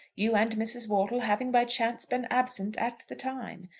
you and mrs. wortle having by chance been absent at the time.